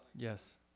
Yes